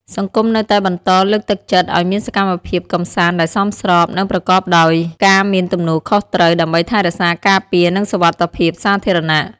សង្គមនៅតែបន្តលើកទឹកចិត្តឲ្យមានសកម្មភាពកម្សាន្តដែលសមស្រប និងប្រកបដោយការមានទំនួលខុសត្រូវ ដើម្បីថែរក្សាការពារ និងសុវត្ថិភាពសាធារណៈ។